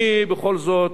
אני בכל זאת